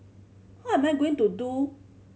how am I going to do